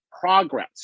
progress